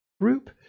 group